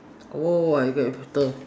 oh I get your tractor